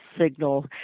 signal